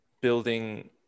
building